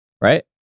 Right